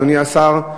אדוני השר,